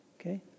Okay